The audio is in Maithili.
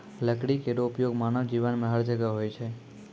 लकड़ी केरो उपयोग मानव जीवन में हर जगह होय छै